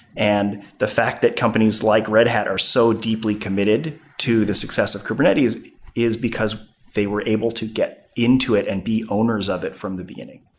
and the fact that companies like red hat are so deeply committed to the success of kubernetes is because they were able to get into it and be owners of it from the beginning.